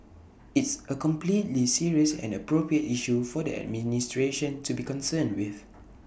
it's A completely serious and appropriate issue for the administration to be concerned with